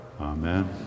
Amen